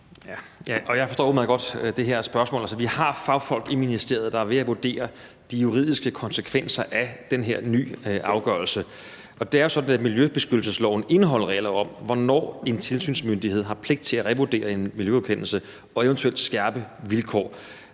Jeg forstår udmærket godt det her spørgsmål. Altså, vi har fagfolk i ministeriet, der er ved at vurdere de juridiske konsekvenser af den her nye afgørelse, og det er sådan, at miljøbeskyttelsesloven indeholder regler om, hvornår en tilsynsmyndighed har pligt til at revurdere en miljøgodkendelse og eventuelt skærpe vilkår.